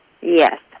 Yes